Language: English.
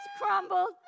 crumbled